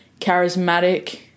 charismatic